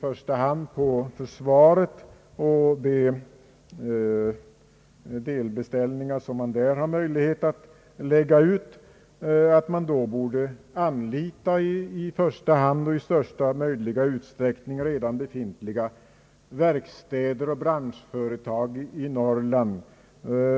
första hand på försvaret — i största möjliga utsträckning borde anlita redan befintliga verkstäder och bransechföretag i Norrland.